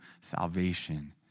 salvation